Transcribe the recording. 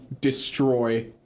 destroy